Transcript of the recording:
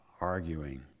arguing